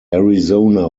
arizona